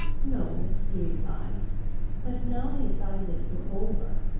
no, he replied but, now the assizes were over,